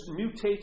mutates